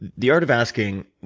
the art of asking,